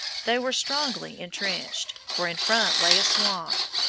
they were strongly entrenched, for in front lay a swamp,